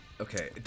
Okay